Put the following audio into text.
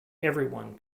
everyone